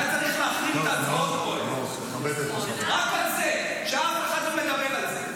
היה צריך להחרים את ההצבעות פה היום רק על זה שאף אחד לא מדבר על זה.